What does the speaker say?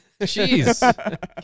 jeez